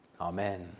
Amen